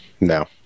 No